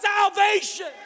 salvation